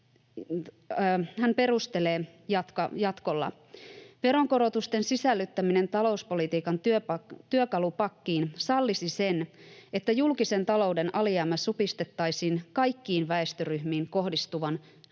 Hän perustelee jatkolla: ”Veronkorotusten sisällyttäminen talouspolitiikan työkalupakkiin sallisi sen, että julkisen talouden alijäämä supistettaisiin kaikkiin väestöryhmiin kohdistuvan ’kipupaketin’